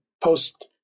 post